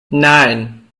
nine